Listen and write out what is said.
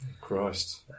Christ